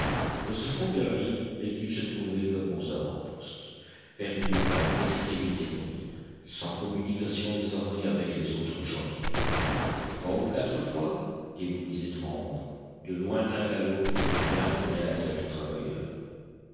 dans ce fond de galerie l'équipe se trouvait comme aux avant-postes perdue à une extrémité de la mine sans communication désormais avec les autres chantiers trois ou quatre fois des bruits étranges de lointains galops firent bien tourner la tête aux travailleurs